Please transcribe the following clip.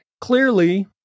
clearly